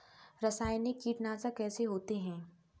रासायनिक कीटनाशक कैसे होते हैं?